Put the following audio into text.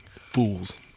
Fools